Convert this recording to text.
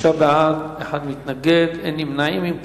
שישה בעד, מתנגד אחד, אין נמנעים.